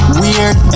weird